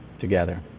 together